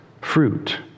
fruit